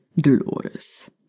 Dolores